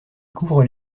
couvrent